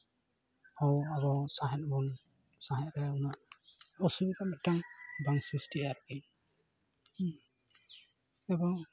ᱦᱚᱸ ᱟᱨᱚ ᱥᱟᱸᱦᱮᱫ ᱦᱚᱸ ᱥᱟᱦᱮᱸᱫ ᱨᱮ ᱩᱱᱟᱹᱜ ᱚᱥᱩᱵᱤᱫᱟ ᱢᱤᱫᱴᱟᱝ ᱵᱟᱝ ᱥᱨᱤᱥᱴᱤᱜᱼᱟ ᱟᱨᱠᱤ ᱮᱵᱚᱝ